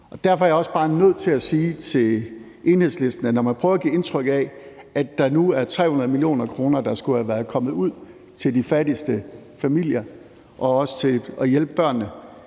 derfor er jeg også bare nødt til at sige til Enhedslistens ordfører, at når man prøver at give indtryk af, at der er 300 mio. kr., der skulle have være kommet ud til de fattigste familier og til at hjælpe børnene,